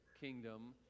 kingdom